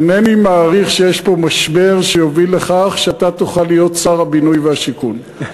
אינני מעריך שיש פה משבר שיוביל לכך שאתה תוכל להיות שר הבינוי והשיכון.